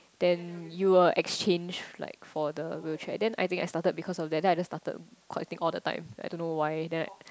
then you will exchange like for the wheelchair then I think I started because of that then I just started collecting all the time I don't know why then I